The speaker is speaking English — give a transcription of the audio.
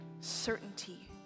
certainty